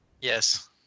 Yes